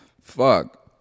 Fuck